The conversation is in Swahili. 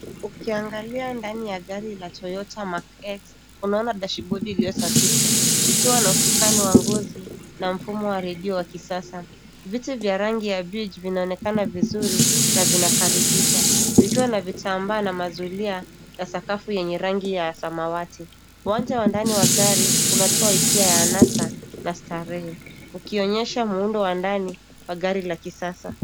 Ukiangalia ndani ya gari aina ya Toyota Mark-X, unaona dashibodi iliyosanifiwa kwa ustadi, ikiwa na usukani wa kifahari na mfumo wa redio wa kisasa. Viti vya rangi ya beige vinaonekana vizuri na vinakaribisha, vikifunikwa kwa vitambaa safi pamoja na mazulia na sakafu yenye rangi ya samawati. Mandhari ya ndani ya gari hili yanatoa hisia za starehe na anasa.